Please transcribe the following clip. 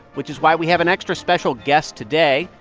which is why we have an extra special guest today,